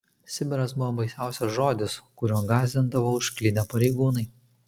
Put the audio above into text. sibiras buvo baisiausias žodis kuriuo gąsdindavo užklydę pareigūnai